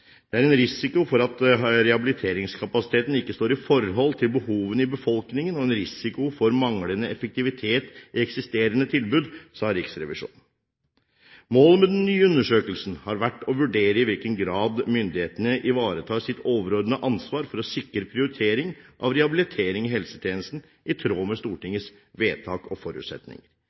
Det er en risiko for at rehabiliteringskapasiteten ikke står i forhold til behovene i befolkningen, og en risiko for manglende effektivitet i eksisterende tilbud, sa Riksrevisjonen. Målet med den nye undersøkelsen har vært å vurdere i hvilken grad myndighetene ivaretar sitt overordnede ansvar for å sikre prioritering av rehabilitering i helsetjenesten i tråd med Stortingets vedtak og forutsetninger.